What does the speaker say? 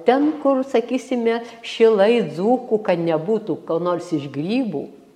ten kur sakysime šilai dzūkų kad nebūtų ko nors iš grybų